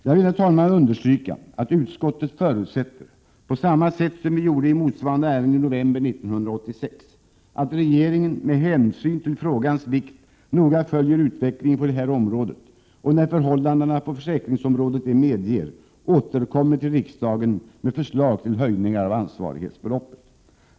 Jag vill, herr talman, understryka att utskottet förutsätter — på samma sätt som vi gjorde i motsvarande ärende i november 1986 — att regeringen med hänsyn till frågans vikt noga följer utvecklingen på detta område och när förhållandena på försäkringsområdet det medger återkommer till riksdagen med förslag till höjningar av ansvarighetsbeloppet.